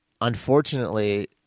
unfortunately